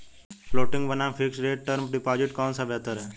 Floating बनाम fixed rate term deposit कौन सा बेहतर है?